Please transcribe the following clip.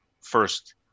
First